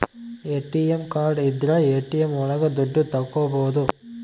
ATM card ಇದ್ರ ATM ಒಳಗ ದುಡ್ಡು ತಕ್ಕೋಬೋದು